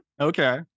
Okay